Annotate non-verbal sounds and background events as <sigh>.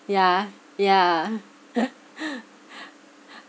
yeah yeah <laughs>